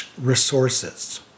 resources